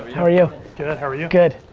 how are you? good. and how are you? good.